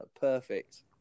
Perfect